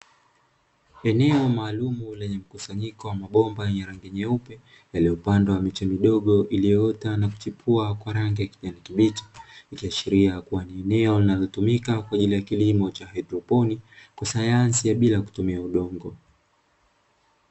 Eneo maalumu lenye mkusanyiko wa mabomba yenye rangi nyeupe yaliyopandwa miti midogo iliyoota na kuchipua kwa rangi ya kijani kibichi, ikiashiria kuwa ni eneo linalotumika kwa ajili ya kilimo cha hydroponi kisayansi ya bila kutumia udongo.